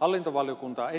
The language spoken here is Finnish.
hallintovaliokunta